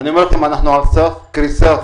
אנחנו על סף קריסה.